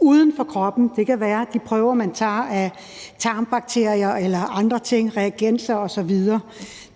uden for kroppen. Det kan være de prøver, man tager af tarmbakterier eller andre ting, reagenser osv. Det